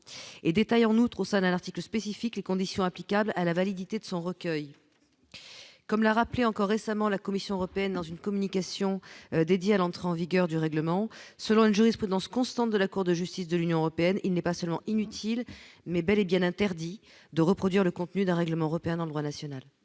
et détaille en outre au sein d'un article spécifique les conditions applicables à la validité de son recueil comme le rappelait encore récemment la Commission européenne dans une communication dédiée à l'entrée en vigueur du règlement selon une jurisprudence constante de la Cour de justice de l'Union européenne, il n'est pas seulement inutile mais bel et bien interdit de reproduire le contenu d'un règlement européen dans le droit national.